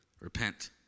repent